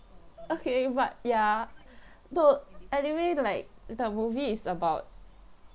okay what ya though anyway like the movie is about